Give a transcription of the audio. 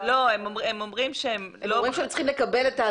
--- הם אומרים שהם צריכים לקבל את ההצעה,